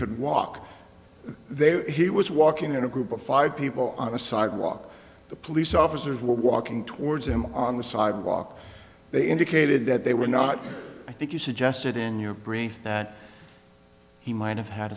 could walk there he was walking at a group of five people on a sidewalk the police officers were walking towards him on the sidewalk they indicated that they were not i think you suggested in your brain that he might have had